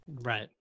Right